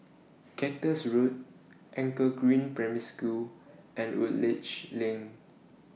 Cactus Road Anchor Green Primary School and Woodleigh LINK